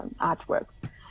artworks